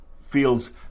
feels